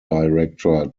director